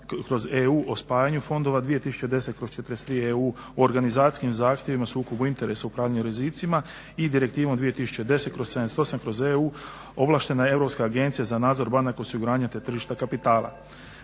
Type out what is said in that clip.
2010/42/EU o spajanju fondova 2010/43EU o organizacijskim zahtjevima, sukobu interesa o upravljanju rizicima i Direktivom 2010/78/EU ovlaštena je Europska agencija za nadzor banaka osiguranja te tržišta kapitala.